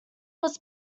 was